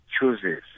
chooses